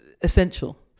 essential